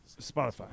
Spotify